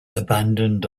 abandoned